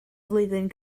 flwyddyn